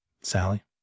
sally